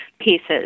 pieces